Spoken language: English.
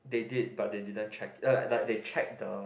they did but they didn't check uh like they check the